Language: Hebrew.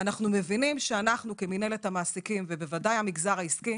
אנחנו מבינים שאנחנו כמנהלת המעסיקים ובוודאי המגזר העסקי,